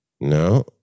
no